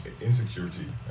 insecurity